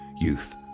youth